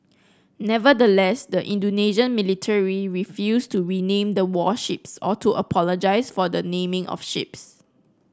nevertheless the Indonesian military refused to rename the warships or to apologise for the naming of ships